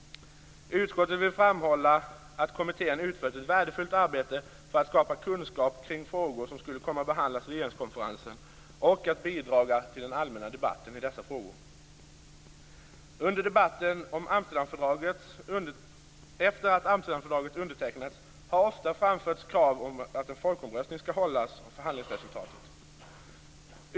Utskottet vill framhålla att kommittén har utfört ett värdefullt arbete för att skapa kunskap kring frågor som skulle komma att behandlas i regeringskonferensen och bidra till den allmänna debatten i dessa frågor. I debatten efter det att Amsterdamfördraget undertecknats har det ofta framförts krav på att en folkomröstning skall hållas om förhandlingsresultatet.